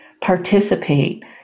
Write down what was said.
participate